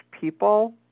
people